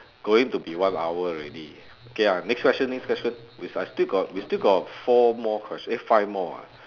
going to be one hour already okay ah next question next question which I still got we still got four more questions eh five more ah